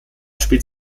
spielt